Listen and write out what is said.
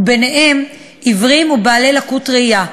וביניהם עיוורים ובעלי לקות ראייה.